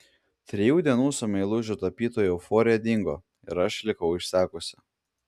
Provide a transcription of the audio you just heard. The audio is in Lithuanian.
trijų dienų su meilužiu tapytoju euforija dingo ir aš likau išsekusi